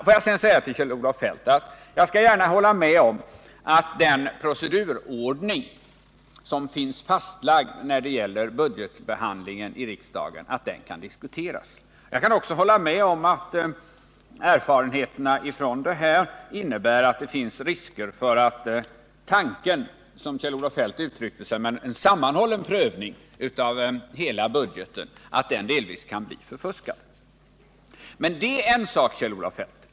Får jag sedan säga till Kjell-Olof Feldt att jag skall gärna hålla med om att den procedurordning som finns fastlagd när det gäller budgetbehandlingen i riksdagen kan diskuteras. Jag kan också hålla med om att erfarenheterna härvidlag innebär att det finns risker för att tanken med, som Kjell-Olof Feldt uttryckte sig, en sammanhållen prövning av hela budgeten delvis kan bli förfuskad. Men det är en sak, Kjell-Olof Feldt.